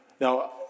Now